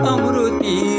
Amruti